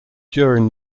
during